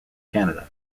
canada